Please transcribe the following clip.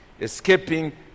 escaping